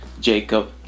Jacob